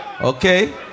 Okay